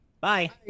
Bye